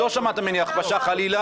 לא שמעת ממני הכפשה חלילה,